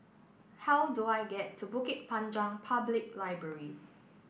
how do I get to Bukit Panjang Public Library